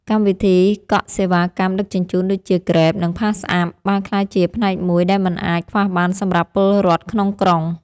កម្មវិធីកក់សេវាកម្មដឹកជញ្ជូនដូចជាហ្គ្រេបនិងផាសអាប់បានក្លាយជាផ្នែកមួយដែលមិនអាចខ្វះបានសម្រាប់ពលរដ្ឋក្នុងក្រុង។